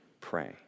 pray